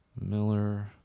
Miller